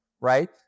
right